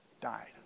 died